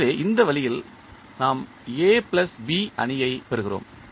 எனவே இந்த வழியில் நாம் A B அணியை பெறுகிறோம்